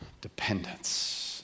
dependence